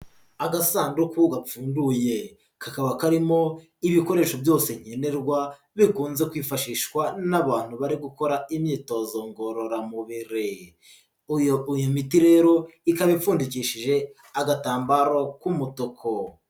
Agasanduku gapfunduye. Kakaba karimo ibikoresho byose nkenerwa bikunze kwifashishwa n'abantu bari gukora imyitozo ngororamubiri. Iyi rero ikaba ipfundikishije agatambaro k'umutuku.